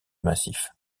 massif